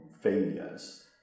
failures